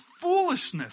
foolishness